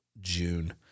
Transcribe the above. June